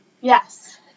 Yes